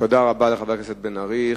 תודה רבה לחבר הכנסת בן-ארי.